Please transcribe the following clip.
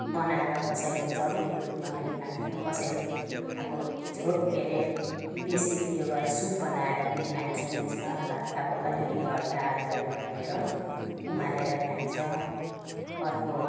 बनाएर कसैले चट्नीको रूपमा पनि खान्छन् कसैले अब झोक के अरे बेसी उयो गरेर सुप बनाएर पनि खाइन्छ त्यसमा भात अब अलिअलि हल्का आलुहरू हालेर उमालेर खाइन्छ अर्को